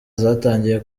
zatangiye